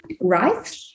right